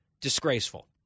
disgraceful